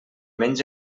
menys